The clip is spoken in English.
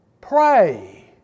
pray